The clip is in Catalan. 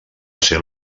ser